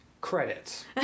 credits